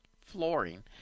flooring